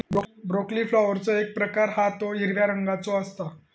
broccoli फ्लॉवरचो एक प्रकार हा तो हिरव्या रंगाचो असता